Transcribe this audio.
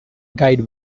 guide